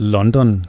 London